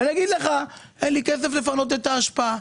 ואני אגיד לך שאין לי כסף לפנות את האשפה.